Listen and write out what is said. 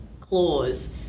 clause